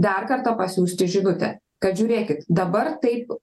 dar kartą pasiųsti žinutę kad žiūrėkit dabar taip